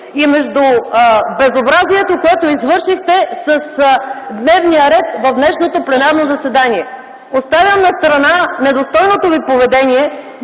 и между безобразието, което извършихте с дневния ред в днешното пленарно заседание? Оставям настрана недостойното Ви поведение